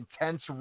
intense